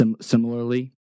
similarly